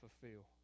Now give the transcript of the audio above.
fulfill